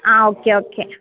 ఆ okay okay